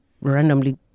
randomly